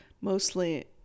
mostly